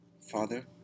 Father